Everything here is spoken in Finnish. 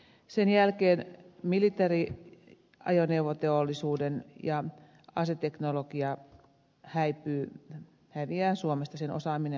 sen jälkeen militääriajoneuvoteollisuus ja aseteknologia häviävät suomesta sen osaaminen loppuu